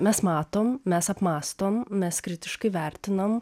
mes matom mes apmąstom mes kritiškai vertinam